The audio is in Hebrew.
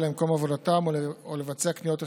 למקום עבודתם או לבצע קניות הכרחיות.